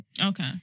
Okay